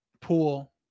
pool